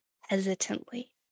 hesitantly